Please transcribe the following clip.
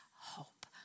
hope